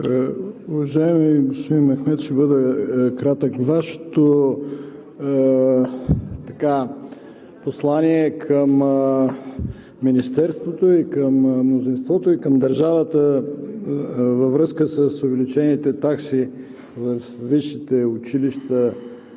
Уважаеми господин Мехмед, ще бъда кратък. Вашето послание към Министерството, към мнозинството и към държавата във връзка с увеличените такси във висшите училища,